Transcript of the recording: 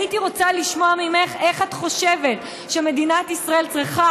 הייתי רוצה לשמוע ממך איך את חושבת שמדינת ישראל צריכה